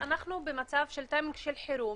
חבר'ה, אנחנו במצב של טיימינג של חרום,